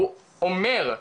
הוא אומר,